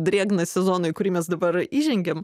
drėgną sezoną į kurį mes dabar įžengėm